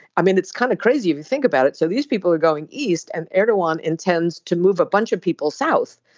i mean it's kind of crazy if you think about it. so these people are going east and erdogan intends to move a bunch of people south.